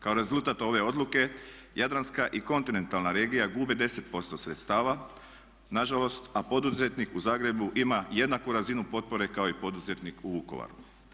Kao rezultat ove odluke jadranska i kontinentalna regija gubi 10% sredstava, nažalost, a poduzetnik u Zagrebu ima jednaku razinu potpore kao i poduzetnik u Vukovaru.